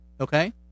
okay